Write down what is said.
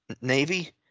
Navy